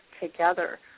together